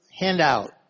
handout